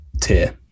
tier